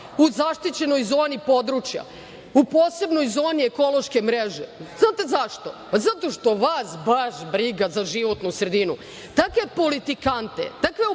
u zaštićenoj zoni područja, u posebnoj zoni ekološke mreže? Znate zašto? Zato što vas baš briga za životnu sredinu. Takve politikante, takve oportuniste,